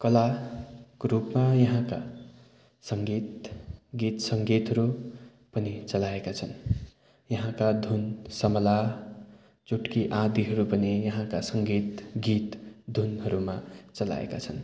कलाको रूपमा यहाँका सङ्गीत गीत सङ्गीतहरू पनि चलाएका छन् यहाँका धुन समला चुट्की आदिहरू पनि यहाँका सङ्गीत गीत धुनहरूमा चलाएका छन्